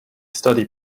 study